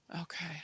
Okay